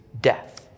death